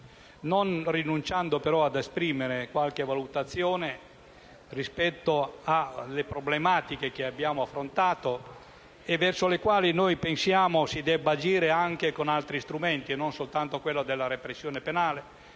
non rinunciando però ad esprimere qualche valutazione rispetto alle problematiche che abbiamo affrontato, verso le quali pensiamo si debba agire anche con altri strumenti e non soltanto con la repressione penale.